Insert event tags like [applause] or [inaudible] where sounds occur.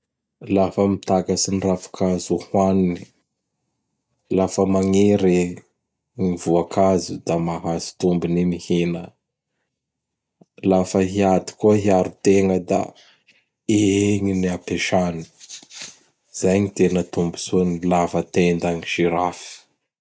[noise] Lafa mitakatsy ny ravikazo o hoaniny; [noise] lafa magniry ny voakazo da mazaho tombony i mihina. Lafa hiady koa hiaro tegna da igny ny ampiasany! [noise] Izay no tena tombontsoan'ny lavatendan'i Giraffe. [noise]